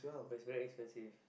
but is very expensive